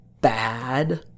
bad